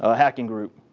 ah hacking group?